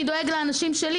אני דואגת לאנשים שלי,